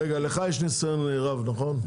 רגע לך יש ניסיון רב נכון?